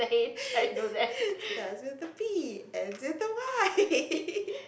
starts with a B ends with a Y